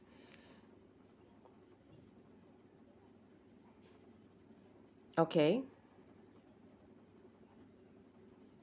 okay